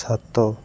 ସାତ